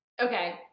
Okay